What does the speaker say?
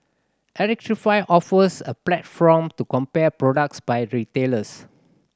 electrify offers a platform to compare products by retailers